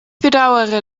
bedaure